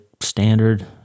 standard